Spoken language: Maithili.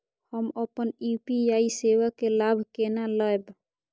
हम अपन यू.पी.आई सेवा के लाभ केना लैब?